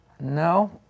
No